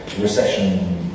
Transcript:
recession